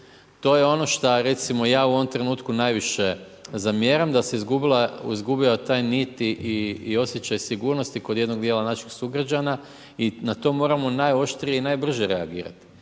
To je ono što, recimo, ja u ovom trenutku, najviše zamjeram da se izgubio taj nit i osjećaj sigurnosti, kod jednog dijela našeg sugrađana i na to moramo najoštrije i najbrže reagirati.